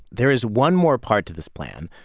there is one more part to this plan,